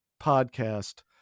podcast